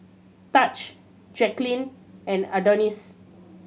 Tahj Jacqueline and Adonis